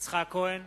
יצחק כהן,